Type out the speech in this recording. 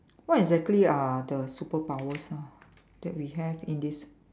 what exactly are the superpowers ah that we have in this